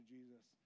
Jesus